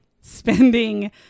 spending